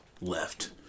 left